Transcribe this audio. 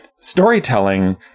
storytelling